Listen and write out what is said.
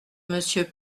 monsieur